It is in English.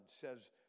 says